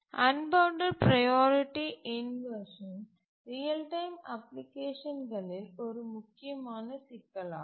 unbounded priority inversion real time அப்ளிகேஷன்களில் ஒரு முக்கியமான சிக்கலாகும்